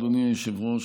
אדוני היושב-ראש,